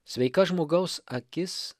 sveika žmogaus akis